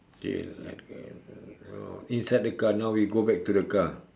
K like uh uh uh inside the car now we go back to the car